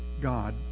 God